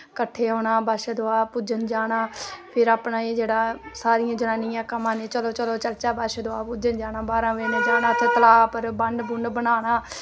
कट्ठे होना बच्छ दुआह् पूजन जाना फिर अपना एह् जेह्ड़ा सारियैें जनानियें आखेआ महां चलो चलो चलो चलचै बच्छ दुआह् पूजन जाना बारां बज़े जाना तलाऽ उप्पर उत्थै बन्न बुन्न बनाना